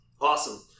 Awesome